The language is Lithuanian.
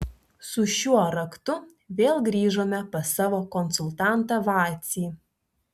su šiuo raktu vėl grįžome pas savo konsultantą vacį